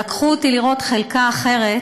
לקחו אותי לראות חלקה אחרת,